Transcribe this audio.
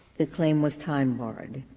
the claim was time barred,